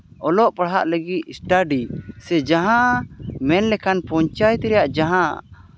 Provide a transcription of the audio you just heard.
ᱚᱞᱚᱜ ᱯᱟᱲᱦᱟᱜ ᱞᱟᱹᱜᱤᱫ ᱥᱴᱟᱰᱤ ᱥᱮ ᱡᱟᱦᱟᱸ ᱢᱮᱱ ᱞᱮᱠᱷᱟᱱ ᱯᱚᱧᱪᱟᱭᱮᱛ ᱨᱮᱭᱟᱜ ᱡᱟᱦᱟᱸ